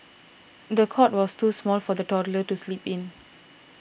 the cot was too small for the toddler to sleep in